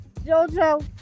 Jojo